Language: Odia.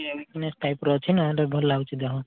ଉଇକ୍ନେସ୍ ଟାଇପ୍ର ଅଛି ନା ଏବେ ଭଲ ଲାଗୁଛି ଦେହ